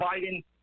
Biden